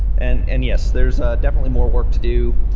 and and yes, there's definitely more work to do.